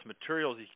materials